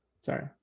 Sorry